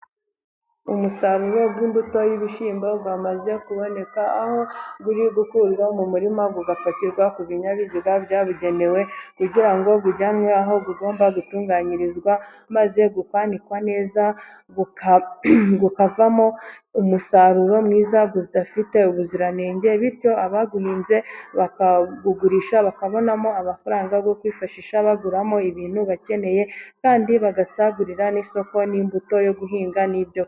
Umusaruro w'imbuto y'ibishyimbo wamaze kuboneka, aho uri gukurwa mu murima, ugapakirwa ku binyabiziga byabugenewe, kugira ngo ujyanwe aho ugomba gutunganyirizwa, maze ukanikwa neza, ukavamo umusaruro mwiza ufite ubuziranenge, bityo abawuhinze bakawugurisha, bakabonamo amafaranga yo kwifashisha baguramo ibintu bakeneye, kandi bagasagurira n'isoko, n'imbuto yo guhinga, n'ibyo kurya.